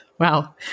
Wow